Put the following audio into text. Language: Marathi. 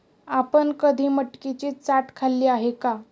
आपण कधी मटकीची चाट खाल्ली आहे का?